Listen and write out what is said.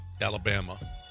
Alabama